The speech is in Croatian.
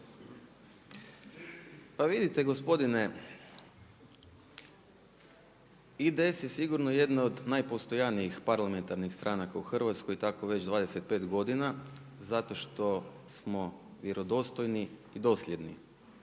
Pa vidite gospodine, IDS je sigurno jedno od najpostojanijih parlamentarnih stranaka u Hrvatskoj i tako već 25 godina zato što smo vjerodostojni i dosljedni.